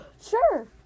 Sure